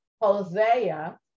Hosea